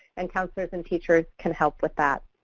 and counselors and teachers can help with that.